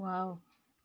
wow